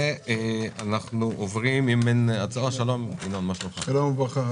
ואנחנו עוברים אם אין הצעות לסדר --- שלום וברכה.